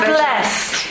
blessed